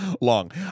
long